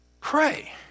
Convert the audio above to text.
Pray